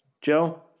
Joe